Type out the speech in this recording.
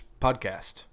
podcast